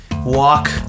Walk